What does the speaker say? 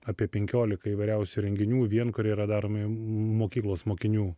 apie penkiolika įvairiausių renginių vien kur yra daromi mokyklos mokinių